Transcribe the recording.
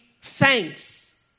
thanks